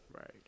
Right